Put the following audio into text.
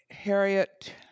Harriet